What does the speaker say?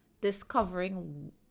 discovering